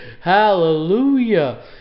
hallelujah